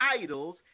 idols